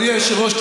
אדוני היושב-ראש,